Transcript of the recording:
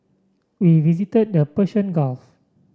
we visited the Persian Gulf